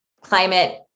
climate